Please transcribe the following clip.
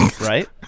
right